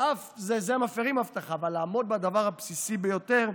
בזה מפירים הבטחה, אבל לעמוד בדבר הבסיסי ביותר,